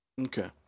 Okay